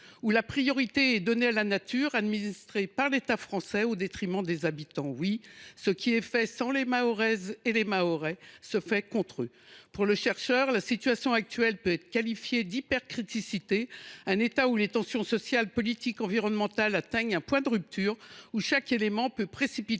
où la priorité est donnée à la nature administrée par l’État français au détriment des habitants. Oui, ce qui est fait sans les Mahoraises et les Mahorais se fait contre eux. Pour le chercheur, la situation actuelle peut être qualifiée d’« hypercriticité »,« un état où les tensions sociales, politiques et environnementales atteignent un point de rupture, où chaque élément peut précipiter